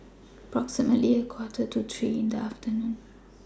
approximately A Quarter to three in The afternoon